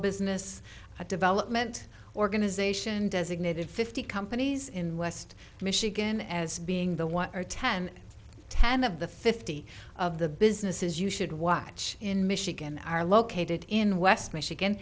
business development organization designated fifty companies in west michigan as being the one or ten ten of the fifty of the businesses you should watch in michigan are located in west michigan